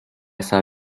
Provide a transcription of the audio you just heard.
saw